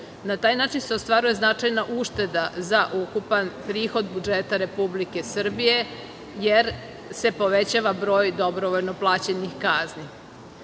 na taj način se ostvaruje značajna ušteda za ukupan prihod budžeta Republike Srbije, jer se povećava broj dobrovoljno plaćenih